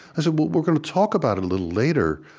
i say, well, we're going to talk about it a little later,